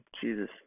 Jesus